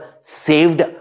saved